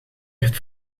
heeft